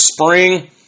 spring